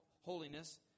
holiness